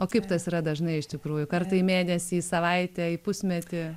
o kaip tas yra dažnai iš tikrųjų kartą į mėnesį į savaitę į pusmetį